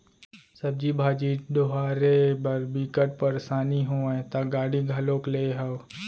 सब्जी भाजी डोहारे बर बिकट परसानी होवय त गाड़ी घलोक लेए हव